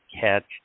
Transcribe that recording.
catch